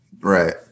Right